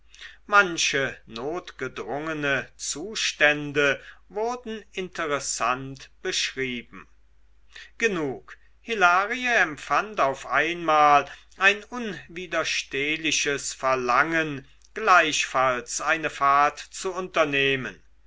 manche notgedrungene zustände wurden interessant beschrieben genug hilarie empfand auf einmal ein unwiderstehliches verlangen gleichfalls eine fahrt zu unternehmen